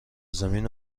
زمین